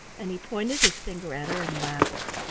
and he pointed his finger at her and laughed.